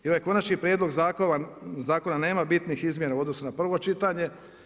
I ovaj konačni prijedlog zakona nema bitnih izmjena u odnosu na prvo čitanje.